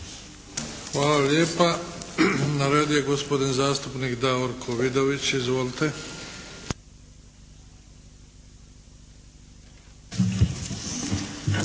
Hvala lijepa. Na redu je gospodin zastupnik Davorko Vidović. Izvolite.